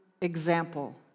example